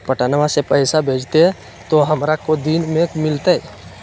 पटनमा से पैसबा भेजते तो हमारा को दिन मे मिलते?